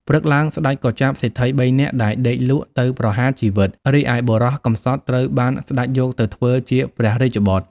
ព្រឹកឡើង ស្តេចក៏ចាប់សេដ្ឋី ៣ នាក់ដែលដេកលក់ទៅប្រហារជីវិត រីឯបុរសកំសត់ត្រូវបានស្តេចយកទៅធ្វើជា ព្រះរាជបុត្រ។